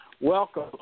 Welcome